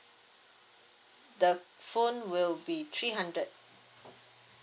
the phone will be three hundred